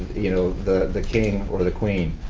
you know, the the king or the queen.